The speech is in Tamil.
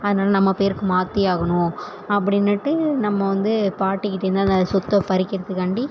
அதனாலே நம்ம பேருக்கு மாற்றியே ஆகணும் அப்படினுட்டு நம்ம வந்து பாட்டிக்கிட்டேருந்து அந்த சொத்தை பரிக்கரிக்கறத்துக்காண்டி